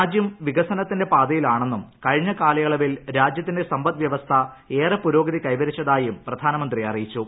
രാജ്യം വികസനത്തിന്റെ പ്പാതയിലാണെന്നും കഴിഞ്ഞ കാലയളവിൽ രാജ്യത്തിന്റെ സമ്പദ്വ്യവ്സ്ഥ ഏറെ പുരോഗതി കൈവരിച്ചതായും പ്രധാനമന്ത്രി അറിയിച്ചു